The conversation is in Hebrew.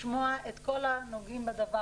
לשמוע את כל הנוגעים בדבר.